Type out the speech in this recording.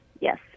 yes